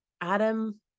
Adam